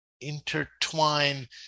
intertwine